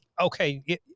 okay